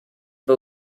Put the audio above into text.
but